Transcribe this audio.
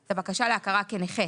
את הבקשה להכרה כנכה